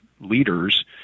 leaders